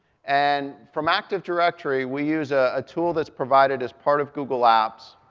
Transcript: and from active directory, we use a tool that's provided as part of google apps,